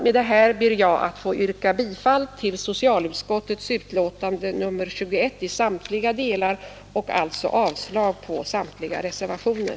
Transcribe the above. Med det anförda ber jag få yrka bifall till socialutskottets betänkande nr 21 i alla delar och alltså avslag på samtliga reservationer.